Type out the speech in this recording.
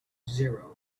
zero